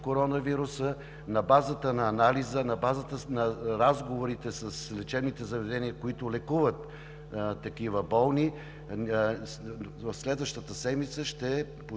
на базата на анализа, на базата на разговорите с лечебните заведения, които лекуват такива болни. Следващата седмица ще подпишем